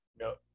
No